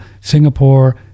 Singapore